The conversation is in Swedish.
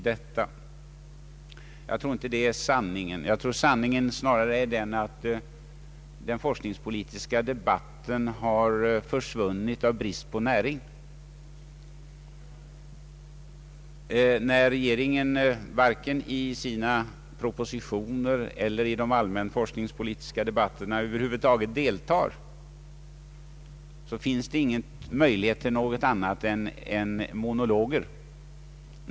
Jag tror dock inte att det är hela sanningen. Sanningen är snarare den att den forskningspolitiska debatten har försvunnit av brist på näring. När regeringen varken i sina propositioner eller i de allmänforskningspolitiska debatterna över huvud taget deltar i diskussionen finns det ingen möjlighet till annat än monologer.